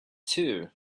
too